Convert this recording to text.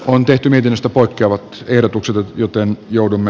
on tehty mediasta poikkeava ehdotukselle joten joudumme